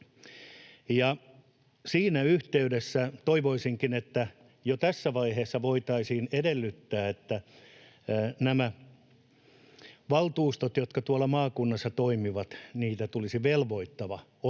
Kankaanniemi: Se on ainoa!] että jo tässä vaiheessa voitaisiin edellyttää, että näille valtuustoille, jotka tuolla maakunnissa toimivat, tulisi velvoittavaksi ottaa